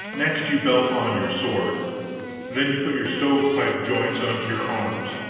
next you belt on your sword then you put your stove-pipe joints onto your arms,